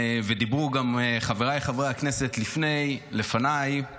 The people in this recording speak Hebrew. ודיברו גם חבריי חברי הכנסת לפניי,